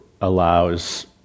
allows